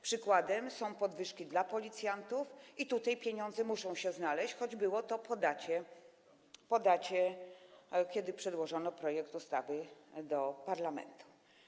Przykładem są podwyżki dla policjantów, i tutaj pieniądze muszą się znaleźć, choć było to po dacie, kiedy przedłożono projekt ustawy do parlamentu.